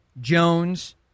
Jones